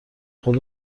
خود